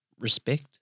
respect